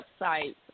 websites